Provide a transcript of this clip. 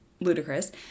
ludicrous